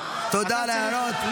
--- תודה על ההערות.